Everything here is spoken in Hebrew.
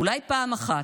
אולי פעם אחת,